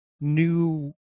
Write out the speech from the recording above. new